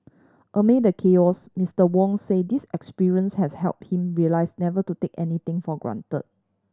amid the chaos Mister Wong said this experience has helped him realise never to take anything for granted